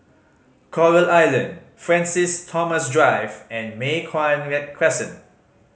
Coral Island Francis Thomas Drive and Mei Hwan Crescent